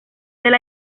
del